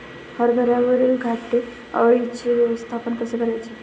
हरभऱ्यावरील घाटे अळीचे व्यवस्थापन कसे करायचे?